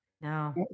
no